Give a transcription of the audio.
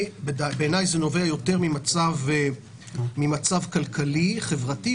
בעיני זה נובע יותר ממצב כלכלי חברתי,